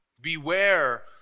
Beware